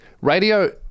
radio